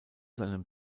seinem